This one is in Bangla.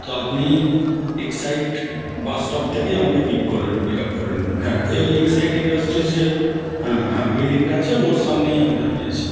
তো আপনি এক্সাইড বাসস্টপ থেকেই আমাকে পিক করে নি পিক আপ করে নেবেন হ্যাঁ হ্যাঁ এ ওই এক্সাইড ইন্ডাস্ট্রিজ যে হ্যাঁ হ্যাঁ হ্যাঁ হ্যাঁ বিল্ডিংটা আছে ওর সামনেই আমি দাঁড়িয়ে আছি